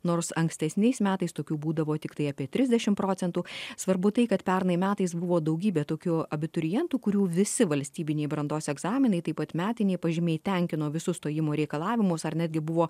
nors ankstesniais metais tokių būdavo tiktai apie trisdešim procentų svarbu tai kad pernai metais buvo daugybė tokių abiturientų kurių visi valstybiniai brandos egzaminai taip pat metiniai pažymiai tenkino visus stojimo reikalavimus ar netgi buvo